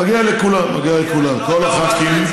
מגיע לכולם, כל הח"כים.